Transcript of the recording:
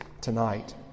tonight